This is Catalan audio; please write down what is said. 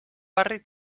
barri